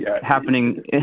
happening